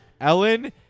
Ellen